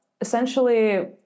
essentially